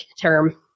term